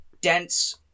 dense